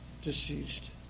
deceased